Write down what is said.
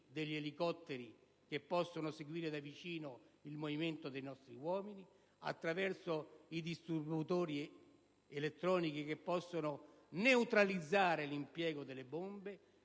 degli elicotteri, che possono seguire da vicino il movimento dei nostri uomini, attraverso i disturbatori elettronici che possono neutralizzare l'utilizzo delle bombe